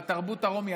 בתרבות הרומית,